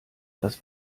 das